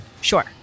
Sure